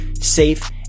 safe